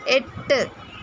എട്ട്